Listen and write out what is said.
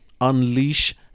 Unleash